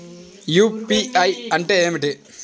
UPI అంటే ఏమిటీ?